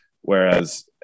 Whereas